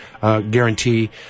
guarantee